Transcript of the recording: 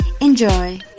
Enjoy